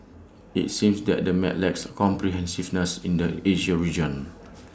IT seems that the map lacks comprehensiveness in the Asia region